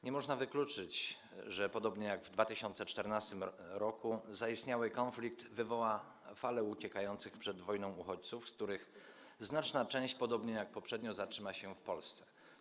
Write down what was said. Nie można wykluczyć, że podobnie jak w 2014 r. zaistniały konflikt wywoła falę uciekających przed wojną uchodźców, z których znaczna część podobnie jak poprzednio zatrzyma się w Polsce.